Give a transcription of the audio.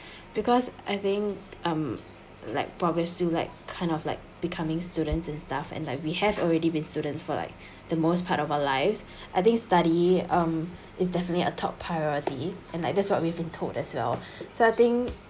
because I think um like progress to like kind of like becoming students and stuff and like we have already been students for like the most part of our lives I think study um is definitely a top priority and like that's what we've been told as well so I think